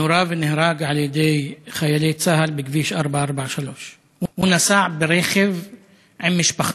נורה ונהרג על-ידי חיילי צה"ל בכביש 443. הוא נסע ברכב עם משפחתו.